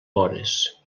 vores